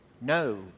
no